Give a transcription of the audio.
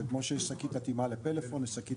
שכמו שיש שקית אטימה לפלאפון יש שקית